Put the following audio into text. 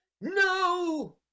No